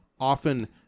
often